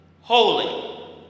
holy